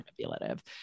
manipulative